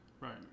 Right